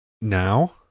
now